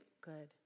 Good